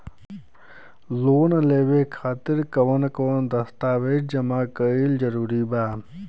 Loan लेवे खातिर कवन कवन दस्तावेज जमा कइल जरूरी बा?